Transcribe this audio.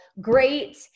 great